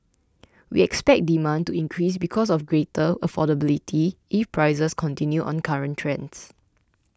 we expect demand to increase because of greater affordability if prices continue on current trends